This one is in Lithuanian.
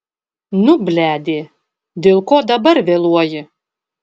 nu bledė dėl ko dabar vėluoji